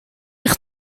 eich